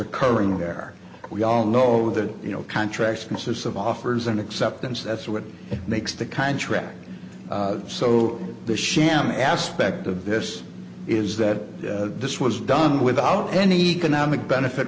occurring there we all know that you know contracts consists of offers and acceptance that's what makes the kind track so the sham aspect of this is that this was done without any economic benefit